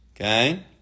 okay